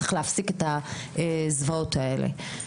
צריך להפסיק את הזוועות האלה.